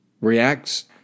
reacts